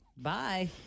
bye